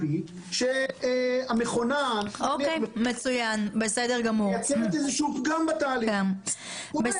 שהמכונה מייצרת איזשהו פגם בתהליך --- מצוין,